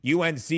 UNC